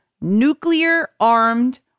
nuclear-armed